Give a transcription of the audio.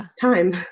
time